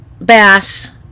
bass